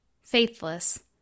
faithless